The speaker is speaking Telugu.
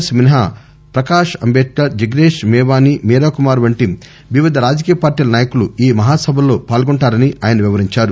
ఎస్ మినహా ప్రకాశ్ అంబేద్కర్ జిగ్పేష్ మేవాని మీరాకుమార్ వంటి వివిధ రాజకీయ పార్లీల నాయకులు ఈ మహాసభలో పాల్గొంటారని ఆయన వివరిందారు